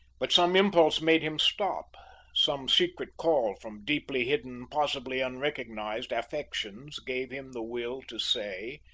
but some impulse made him stop some secret call from deeply hidden, possibly unrecognised, affections gave him the will to say